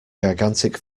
gigantic